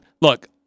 look